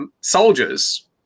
soldiers